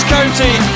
County